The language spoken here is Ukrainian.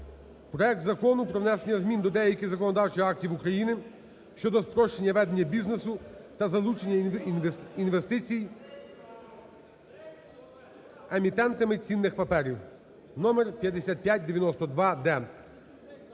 проект Закону про внесення змін до деяких законодавчих актів України (щодо спрощення ведення бізнесу та залучення інвестицій емітентами цінних паперів) (номер 5592-д).